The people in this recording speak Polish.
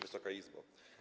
Wysoka Izbo!